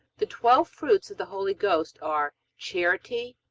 the twelve fruits of the holy ghost are charity,